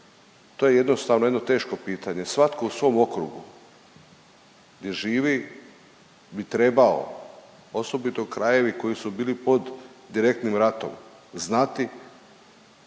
to je jednostavno jedno teško pitanje. Svatko u svom okrugu gdje živi bi trebao, osobito krajevi koji su bili pod direktnim ratom znati